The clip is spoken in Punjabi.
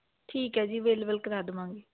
ਠੀਕ ਹੈ ਜੀ ਅਵੇਲੇਵਲ ਕਰਵਾ ਦਵਾਂਗੇ